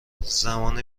زمان